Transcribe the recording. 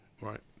Right